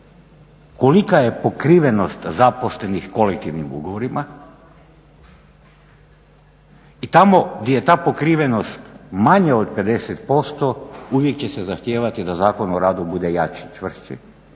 kolika je pokrivena zaposlenih kolektivnim ugovorima i tamo gdje je ta pokrivenost manja od 50% uvijek će se zahtijevati da Zakon o radu bude jači, čvršći,